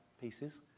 pieces